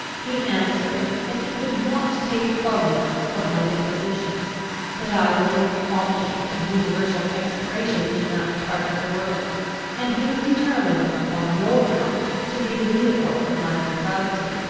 he answered, that he could not take cognizance of my deposition that i was an object of universal execration in that part of the world and he was determined upon no account to be the vehicle of my depravity.